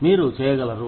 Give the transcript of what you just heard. మీరు చేయగలరు